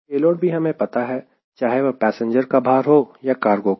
payload भी हमें पता है चाहे वह पैसेंजर का भार हो या कार्गो का